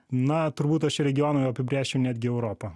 na turbūt aš čia regionu jau apibrėžčiau netgi europą